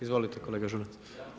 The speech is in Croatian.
Izvolite kolega Žunac.